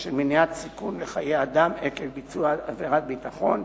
של מניעת סיכון לחיי אדם עקב ביצוע עבירת ביטחון,